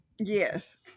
Yes